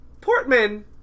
portman